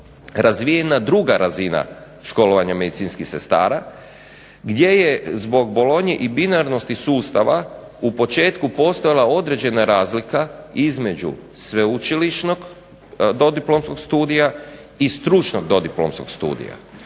razvijena druga razina školovanja medicinskih sestara gdje je zbog Bolonje i binarnosti sustava u početku postojala određena razlika između sveučilišnog dodiplomskog studija i stručnog dodiplomskog studija.